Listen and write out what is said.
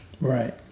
Right